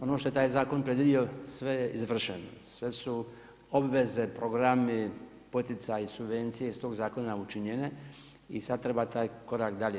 Ono što je taj zakon predvidio sve je izvršeno, sve su obveze, programi, poticaji, subvencije iz tog zakona učinjene i sad treba taj korak dalje.